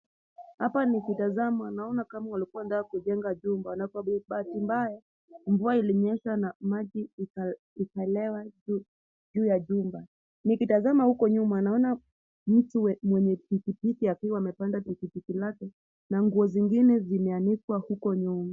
Hapa nikitazama, naona kama walikuwa wanataka kujenga jumba, na kwa bahati mbaya mvua ilinyesha na maji ika lewa juu ya jumba. Nikitazama huko nyuma, naona mtu mwenye pikipiki akiwa amepanda pikipiki lake, na nguo zingine zimeanikwa huko nyuma.